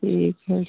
ठीक है